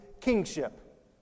kingship